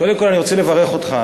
קודם כול אני רוצה לברך אותך,